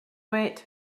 wait